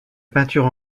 peinture